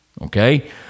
Okay